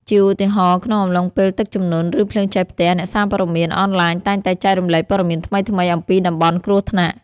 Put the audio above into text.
ជាឧទាហរណ៍ ក្នុងអំឡុងពេលទឹកជំនន់ ឬភ្លើងឆេះផ្ទះ អ្នកសារព័ត៌មានអនឡាញតែងតែចែករំលែកព័ត៌មានថ្មីៗអំពីតំបន់គ្រោះថ្នាក់។